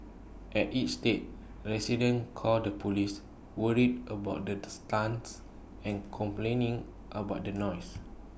at each estate residents called the Police worried about the stunts and complaining about the noise